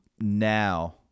now